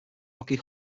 hockey